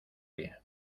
pie